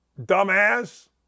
Dumbass